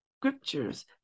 Scriptures